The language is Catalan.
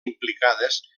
implicades